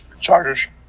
Chargers